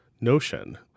notion